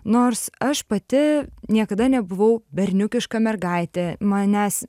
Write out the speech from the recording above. nors aš pati niekada nebuvau berniukiška mergaitė manęs